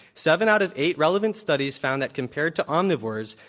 seven out of eight relevant studies found that compared to omnivores,